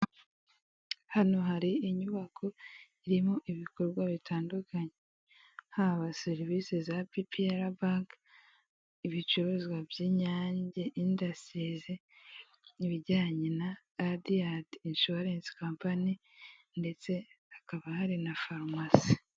Hano hari inyubako irimo ibikorwa bitandukanye haba serivisi za bipiyara bake ibicuruzwa by'inyange indusitirizi, ibijyanye na radiyanti insurense kampani ndetse hakaba hari na farumasi.